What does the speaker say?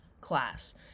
class